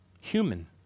human